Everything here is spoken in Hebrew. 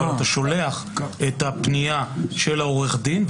אבל אתה שולח את הפנייה של העורך דין,